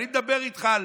אני מדבר איתך על